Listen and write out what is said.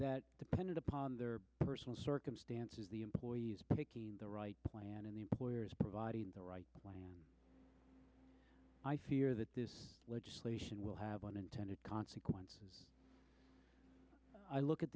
that depended upon their personal circumstances the employees pick the right plan and the employer is providing the right i fear that this legislation will have unintended consequences i look at